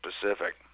specific